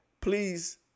please